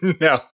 No